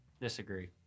Disagree